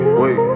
wait